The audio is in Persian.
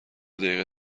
دقیقه